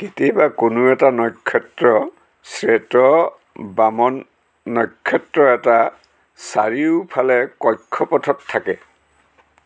কেতিয়াবা কোনো এটা নক্ষত্ৰ শ্বেত বামন নক্ষত্ৰ এটাৰ চাৰিওফালে কক্ষপথত থাকে